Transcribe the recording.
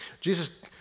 Jesus